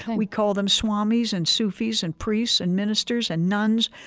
we call them swamis and sufis and priests and ministers and nuns.